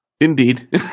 Indeed